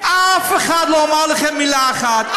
אף אחד לא אמר לכם מילה אחת,